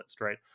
right